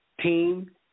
team